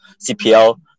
CPL